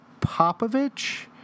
Popovich